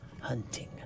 hunting